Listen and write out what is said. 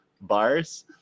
bars